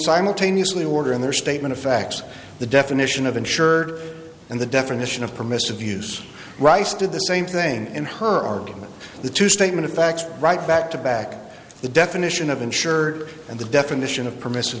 simultaneously order in their statement of facts the definition of insured and the definition of permissive use rice did the same thing in her argument the two statement of facts right back to back the definition of insured and the definition of permissive